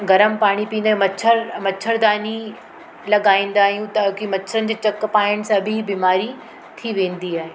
गरम पाणी पीअंदा आहियूं मच्छर मच्छरदानी लॻाईंदा आहियूं ताक़ी मच्छरनि जे चक पाइण सां बि बीमारी थी वेंदी आहे